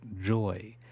joy